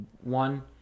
One